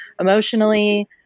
emotionally